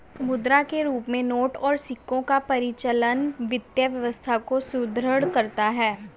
मुद्रा के रूप में नोट और सिक्कों का परिचालन वित्तीय व्यवस्था को सुदृढ़ करता है